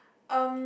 erm